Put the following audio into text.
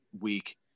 week